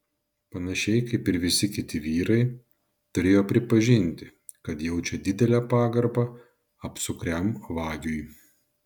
panašiai kaip ir visi kiti vyrai turėjo pripažinti kad jaučia didelę pagarbą apsukriam vagiui